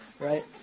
right